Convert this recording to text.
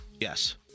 Yes